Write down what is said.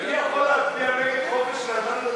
מי יכול להצביע נגד חופש לאדם דתי?